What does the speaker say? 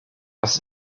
das